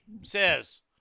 says